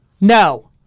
No